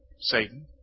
Satan